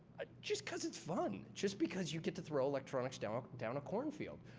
ah just because it's fun. just because you get to throw electronics down down a corn field.